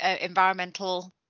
environmental